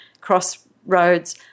crossroads